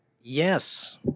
yes